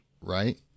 right